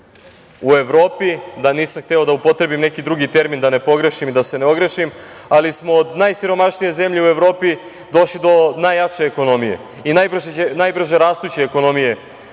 u Evropi, nisam hteo da upotrebim neki drugi termin, da ne pogrešim i da se ne ogrešim, ali smo od najsiromašnije zemlje u Evropi došli do najjače ekonomije i najbrže rastuće ekonomije